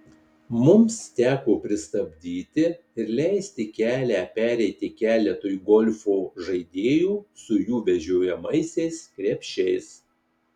mums teko pristabdyti ir leisti kelią pereiti keletui golfo žaidėjų su jų vežiojamaisiais krepšiais